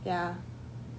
ya